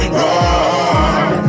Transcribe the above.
run